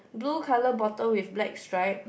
blue colour bottle with black stripe